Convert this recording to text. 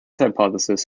hypothesis